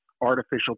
artificial